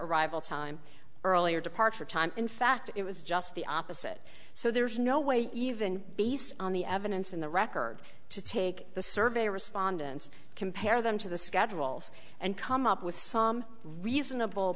arrival time earlier departure time in fact it was just the opposite so there's no way even based on the evidence in the record to take the survey respondents compare them to the schedules and come up with some reasonable